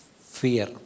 fear